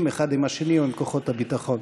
האחד עם השני או עם כוחות הביטחון.